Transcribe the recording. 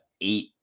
eight